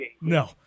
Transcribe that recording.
No